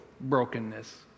brokenness